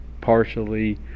partially